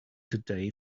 today